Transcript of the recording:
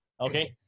Okay